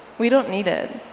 we don't need it.